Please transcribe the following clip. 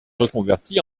reconverti